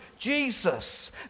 Jesus